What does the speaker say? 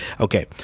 Okay